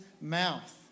mouth